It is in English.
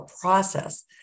process